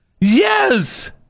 Yes